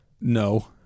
No